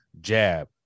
jab